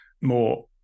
more